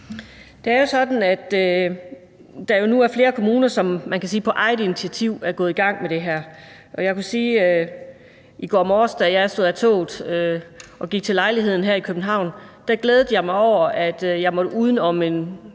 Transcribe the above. Det er jo sådan, at der nu er flere kommuner, som på eget initiativ, kan man sige, er gået i gang med det her. Og i går morges, da jeg stod af toget og gik til lejligheden her i København, glædede jeg mig over, at jeg måtte uden om en